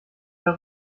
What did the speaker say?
der